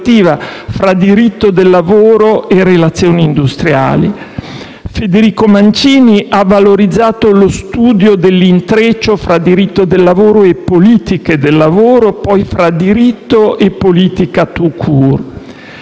tra diritto del lavoro e relazioni industriali. Federico Mancini ha valorizzato lo studio dell'intreccio tra diritto del lavoro e politiche del lavoro, poi fra diritto e politica *tout court*.